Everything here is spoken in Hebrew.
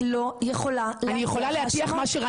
את לא יכולה להטיח האשמות.